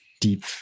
deep